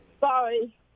Sorry